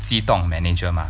manager mah